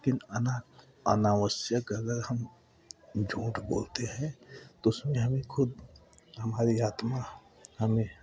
लेकिन अना अनावश्यक अगर हम झूठ बोलते हैं तो उसमें हमें खुद हमारी आत्मा हमें